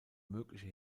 mögliche